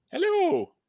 Hello